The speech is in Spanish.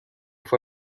fue